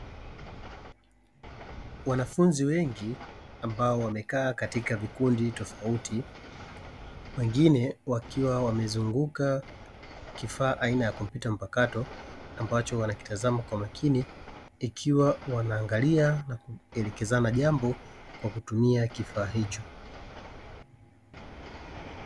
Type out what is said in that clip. Wanafunzi wengi ambao wamekaa katika vikundi tofauti, wengine wakiwa wamezunguka kifaa aina ya kompyuta mpakato ambacho wanakitazama kwa makini, ikiwa wanaangalia na kuelekezana jambo kwa kutumia kifaa hicho.